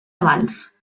abans